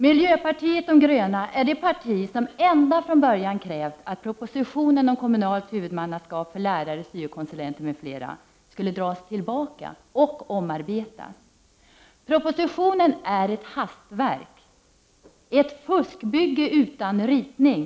Miljöpartiet de gröna är det parti som ända från början har krävt att propositionen om kommunalt huvudmannaskap för lärare och syo-konsulenter m.fl. skulle dras tillbaka och omarbetas. Propositionen är ett hastverk, ett fuskbygge utan ritning.